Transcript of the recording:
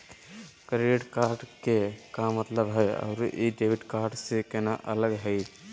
Credit card के का मतलब हई अरू ई डेबिट कार्ड स केना अलग हई?